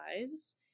lives